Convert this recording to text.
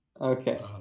Okay